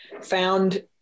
found